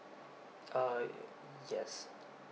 uh yes